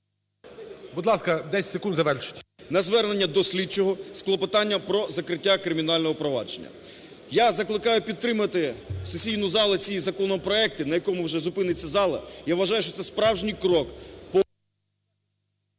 Будь ласка, 10 секунд, завершіть. СЕМЕНУХА Р.С. …на звернення до слідчого з клопотання про закриття кримінального провадження. Я закликаю підтримати сесійну залу ці законопроекти, на якому вже зупиниться зала. Я вважаю, що це справжній крок